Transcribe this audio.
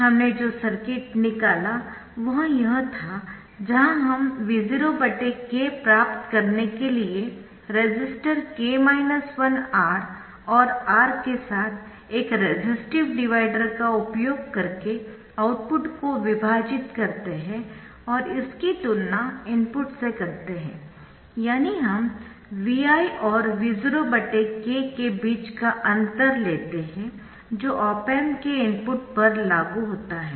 हमने जो सर्किट निकाला वह यह था जहां हम V0 k प्राप्त करने के लिए रेसिस्टर R और R के साथ एक रेसिस्टिव डिवाईडर का उपयोग करके आउटपुट को विभाजित करते है और इसकी तुलना इनपुट से करते है यानी हम Vi और V0 k के बीच का अंतर लेते है जो ऑप एम्प के इनपुट पर लागू होता है